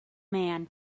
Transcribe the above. man